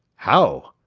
how!